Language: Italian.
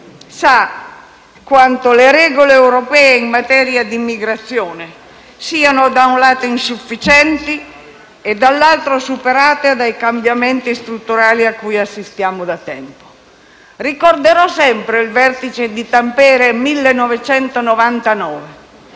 quanto le regole europee in materia di immigrazione siano, da un lato, insufficienti e, dall'altro, superate dai cambiamenti strutturali cui assistiamo da tempo. Ricorderò sempre il vertice di Tampere del